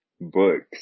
books